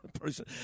person